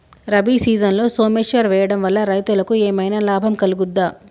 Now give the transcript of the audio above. రబీ సీజన్లో సోమేశ్వర్ వేయడం వల్ల రైతులకు ఏమైనా లాభం కలుగుద్ద?